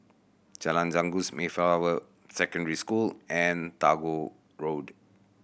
Jalan Janggus Mayflower Secondary School and Tagore Road